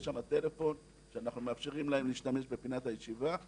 יש שם טלפון שאנחנו מאפשרים להם להשתמש בו בפינת הישיבה,